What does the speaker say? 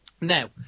now